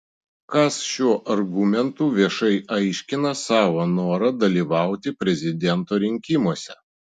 kas šiuo argumentu viešai aiškina savo norą dalyvauti prezidento rinkimuose